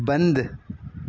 बंदि